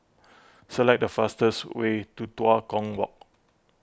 select the fastest way to Tua Kong Walk